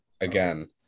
Again